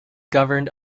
governed